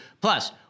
Plus